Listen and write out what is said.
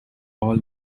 all